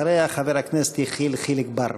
אחריה, חבר הכנסת יחיאל חיליק בר.